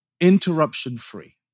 interruption-free